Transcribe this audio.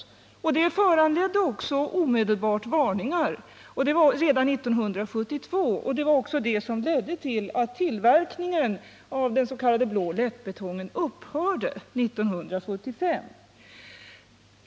Det föranledde också omedelbart varningar — det var redan 1972 — och det ledde till att tillverkningen av den s.k. blå lättbetongen upphörde 1975.